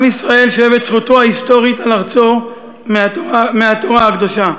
עם ישראל שואב את זכותו ההיסטורית על ארצו מהתורה הקדושה.